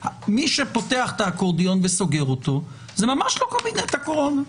מי שפותח את האקורדיון וסוגר אותו זה ממש לא קבינט הקורונה.